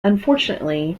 unfortunately